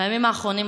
בימים האחרונים,